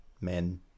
men